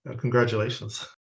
congratulations